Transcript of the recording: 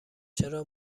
چرا